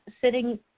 sitting